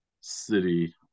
City